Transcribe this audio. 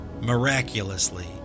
Miraculously